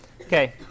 Okay